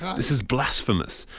this is blasphemous.